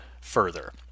further